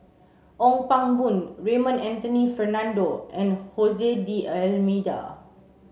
Ong Pang Boon Raymond Anthony Fernando and D'almeida